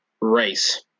race